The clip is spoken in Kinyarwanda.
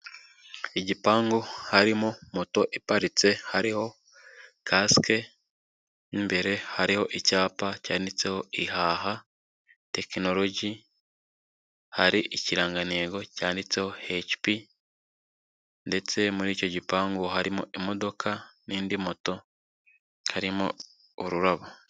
Igipangu harimo moto iparitse hariho kasike n'imbere hariho icyapa cyanditseho ihaha tekinoroji, hari ikirangantego cyanditseho hecipi ndetse muri icyo gipangu harimo imodoka n'indi moto, harimo ururabo.